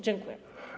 Dziękuję.